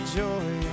joy